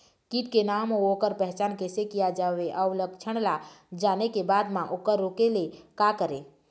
कीट के नाम अउ ओकर पहचान कैसे किया जावे अउ लक्षण ला जाने के बाद मा ओकर रोके ले का करें?